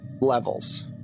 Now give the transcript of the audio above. levels